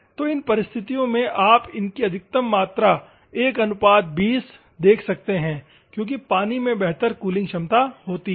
तो इन परिस्थितियों में आप इनकी अधिकतम मात्रा 120 देख सकते है क्योंकि पानी में बेहतर कूलिंग क्षमता होती है